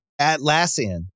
Atlassian